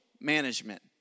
management